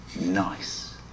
nice